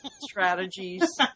strategies